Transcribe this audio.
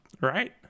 Right